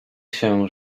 się